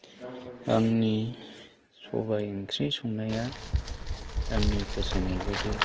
आंनि सबाय ओंख्रि संनाया आंनि फसायनाय बायदि